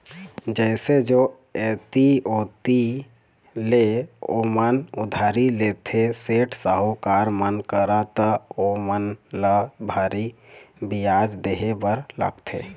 जइसे जो ऐती ओती ले ओमन उधारी लेथे, सेठ, साहूकार मन करा त ओमन ल भारी बियाज देहे बर लागथे